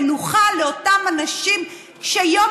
מנוחה לאותם אנשים קשי יום.